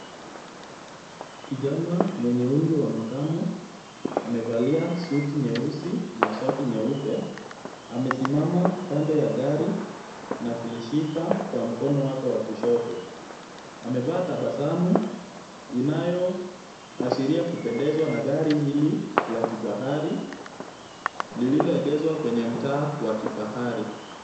Kijana mwenye umri wa makamo, amevalia suti nyeusi na shati nyeupe. Amesimama kando ya gari na kulishika kwa mkono wake wa kushoto. Amevaa tabasamu inayoashiria kupendezwa na gari hili la kifahari, lilioegezwa kwenye mtaa wa kifahari.